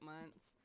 months